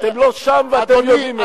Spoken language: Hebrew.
אתם לא שם, ואתם יודעים את זה.